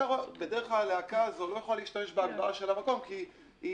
בדרך כלל הלהקה לא יכולה להשתמש בהגברה של המקום כי היא